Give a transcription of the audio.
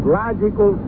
logical